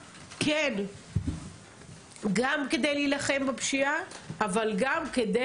כן, גם כדי להילחם בפשיעה, אבל גם כדי